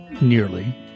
nearly